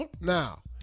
Now